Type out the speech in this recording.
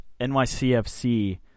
NYCFC